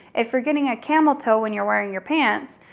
if we're getting a camel toe when you're wearing your pants,